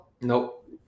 Nope